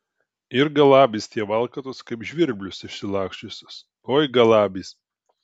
ir galabys tie valkatos kaip žvirblius išsilaksčiusius oi galabys